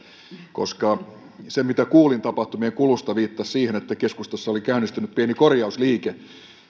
koska se mitä kuulin tapahtumien kulusta viittasi siihen että keskustassa oli käynnistynyt pieni korjausliike